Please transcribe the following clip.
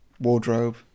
wardrobe